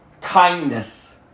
Kindness